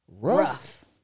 rough